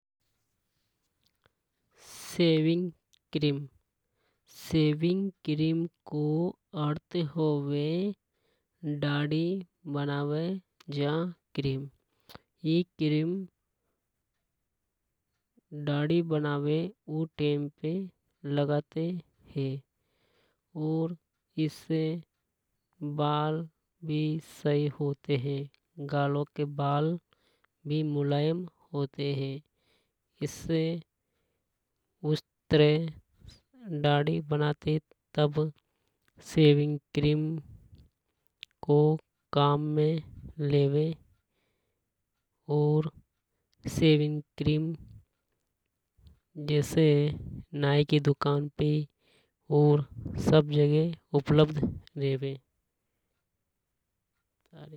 Saving cream shaving cream को अर्थ होवे दाढ़ी बनावे जा क्रीम। ई क्रीम दाढ़ी बनावे उ टेम पे लगाते हे। और इससे बाल भी सही होते है। गालों के बाल भी मुलायम होते है। इससे उस्तरे से दाढ़ी बनाते तब सेविंग क्रीम को काम में लेवे और सेविंग क्रीम जैसे नाई की दुकान पे और सब जगह उपलब्ध रेवे।